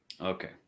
okay